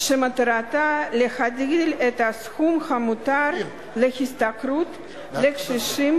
שמטרתה להגדיל את הסכום המותר להשתכרות לקשישים